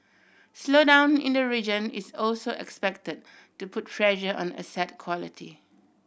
slowdown in the region is also expected to put pressure on asset quality